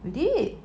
we did